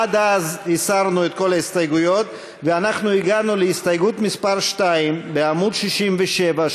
עד אז הסרנו את כל ההסתייגויות ואנחנו הגענו להסתייגות מס' 2 בעמוד 67,